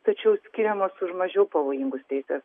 tačiau skiriamos už mažiau pavojingus teisės